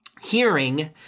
hearing